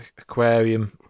Aquarium